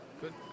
Good